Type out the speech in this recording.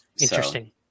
Interesting